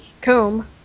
comb